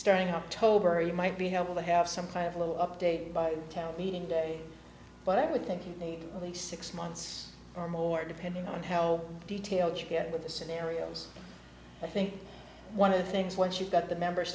starting october you might be able to have some kind of little update by town meeting today but i would think you need at least six months or more depending on how detailed you get with the scenarios i think one of the things once you've got the members